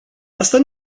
asta